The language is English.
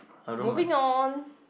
moving on